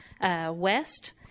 west